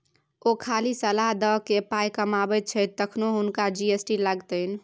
ओ खाली सलाह द कए पाय कमाबैत छथि तखनो हुनका जी.एस.टी लागतनि